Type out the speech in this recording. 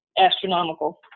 astronomical